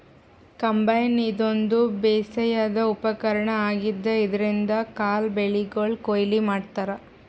combine ಇದೊಂದ್ ಬೇಸಾಯದ್ ಉಪಕರ್ಣ್ ಆಗಿದ್ದ್ ಇದ್ರಿನ್ದ್ ಕಾಳ್ ಬೆಳಿಗೊಳ್ ಕೊಯ್ಲಿ ಮಾಡ್ತಾರಾ